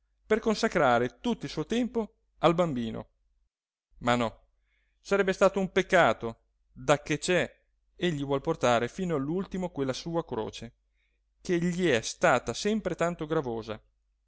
per consacrare tutto il suo tempo al bambino ma no sarebbe stato un peccato dacché c'è egli vuol portare fino all'ultimo quella sua croce che gli è stata sempre tanto gravosa